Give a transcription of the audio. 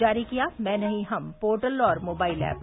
जारी किया मैं नहीं हम पोर्टल और मोबाइल एप